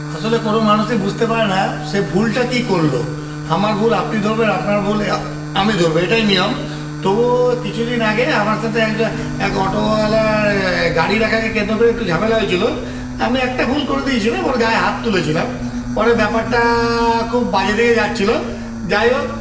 আসলে কোনও মানুষই বুঝতে পারে না সে ভুলটা কী করল আমার ভুল আপনি ধরবেন আপনার ভুল আমি ধরবো এটাই নিয়ম তবুও কিছুদিন আগে আমার সাথে একজন এক অটোওলার গাড়ি রাখাকে কেন্দ্র করে একটু ঝামেলা হয়েছিলো আমি একটা ভুল করে দিয়েছিলাম ওর গায়ে হাত তুলেছিলাম পরে ব্যাপারটা খুব বাজে দিকে যাচ্ছিলো যাই হোক